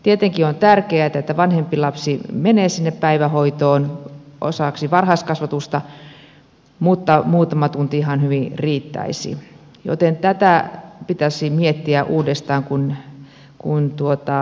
tietenkin on tärkeää että vanhempi lapsi menee sinne päivähoitoon osaksi varhaiskasvatusta mutta muutama tunti ihan hyvin riittäisi joten tätä pitäisi miettiä uudestaan kun asiaa kehitellään